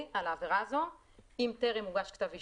על העבירה הזאת אם טרם הוגש כתב אישום.